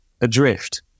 adrift